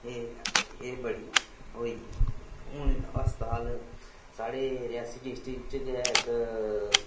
ते एह् बड़ी होई हून अस्पताल साढे़ रियासी डिस्ट्रक्ट च इक